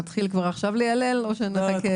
שנתחיל כבר עכשיו להלל או שנחכה.